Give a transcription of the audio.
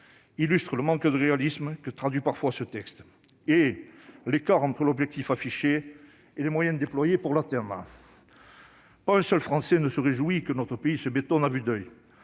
part, le manque de réalisme que traduit parfois ce texte et, d'autre part, l'écart entre l'objectif affiché et les moyens déployés pour l'atteindre. Pas un seul Français ne se réjouit que notre pays se bétonne à vue d'oeil